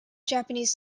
japanese